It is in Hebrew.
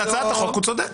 על הצעת החוק הוא צודק.